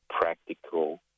practical